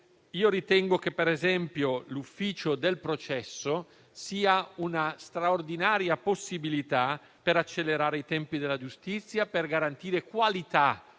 Ritengo - per esempio - che l'ufficio del processo sia una straordinaria possibilità per accelerare i tempi della giustizia, per garantire qualità